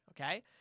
okay